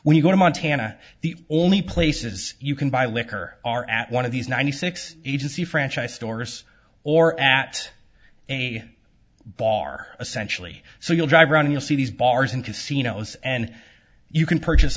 when you go to montana the only places you can buy liquor are at one of these ninety six agency franchise stores or at a bar a century so you'll drive around you'll see these bars in casinos and you can purchase